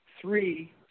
three